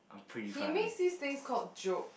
he makes this things called joke